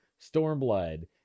Stormblood